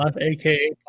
AKA